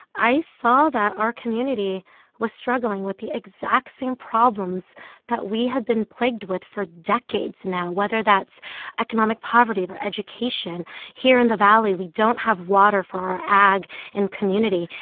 i saw that our community was struggling with the exact same problems that we have been plagued with for decades. now, whether that's economic poverty or education here in the valley, we don't have water for our ag and community.